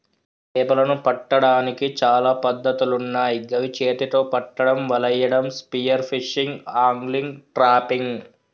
చేపలను పట్టడానికి చాలా పద్ధతులున్నాయ్ గవి చేతితొ పట్టడం, వలేయడం, స్పియర్ ఫిషింగ్, ఆంగ్లిగ్, ట్రాపింగ్